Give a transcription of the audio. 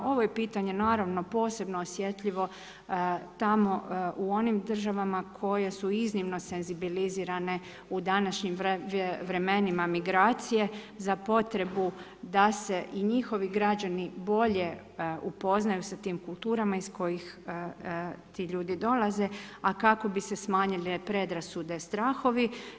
Ovo je pitanje naravno posebno osjetljivo u onim državama, koje su iznimno senzibilizirane u današnjim vremenima migracije za potrebu da se njihovi građani bolje upoznaju s tim kulturama iz kojih ti ljudi dolaze, a kako bi se smanjile predrasude i strahovi.